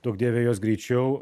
duok dieve jos greičiau